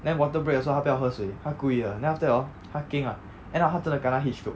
then water break 的时候他不要喝水他故意的 then after that hor 他 keng ah end up 他真的 kena heatstroke